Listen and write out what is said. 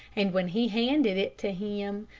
and when he handed it to him,